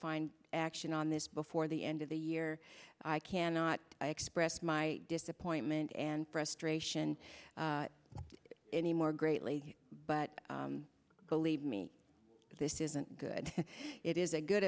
find action on this before the end of the year i cannot press my disappointment and frustration any more greatly but believe me this isn't good it is a good